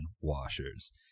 washers